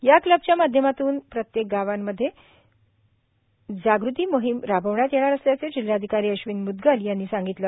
या क्लबच्या माध्यतमातून प्रत्यो गावांमध्ये जागृती मोहिम राबविण्यात येणार असल्याचे जिल्हाधिाकरी अश्विन मुदगल यांनी सांगीतले